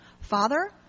Father